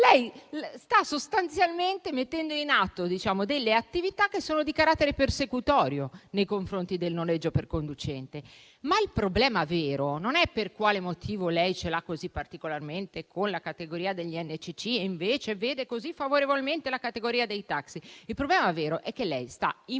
umani. Sostanzialmente, lei sta mettendo in atto delle attività di carattere persecutorio nei confronti del noleggio con conducente. Il problema vero non è per quale motivo lei ce l'ha particolarmente con la categoria degli NCC e vede così favorevolmente la categoria dei taxi. Il problema vero è che lei sta immobilizzando